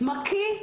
מקיא,